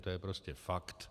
To je prostě fakt.